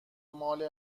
مال